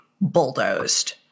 bulldozed